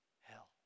hell